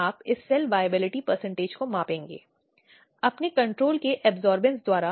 और उस आधार पर मामलों को खारिज कर दिया जाता है